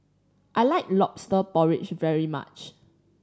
I like Lobster Porridge very much